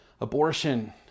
abortion